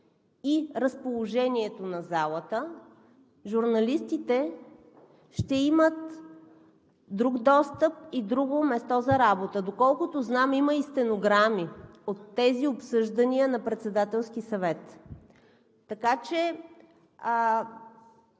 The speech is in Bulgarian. и разположението на залата, журналистите ще имат друг достъп и друго място за работа. Доколкото знам, има и стенограми от тези обсъждания на Председателски съвет. Така че